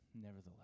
Nevertheless